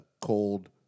cold